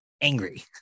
angry